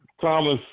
Thomas